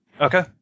Okay